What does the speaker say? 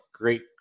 Great